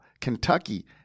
Kentucky